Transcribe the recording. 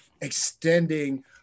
extending